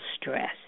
stress